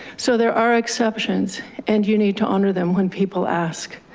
so there are exceptions and you need to honor them when people ask.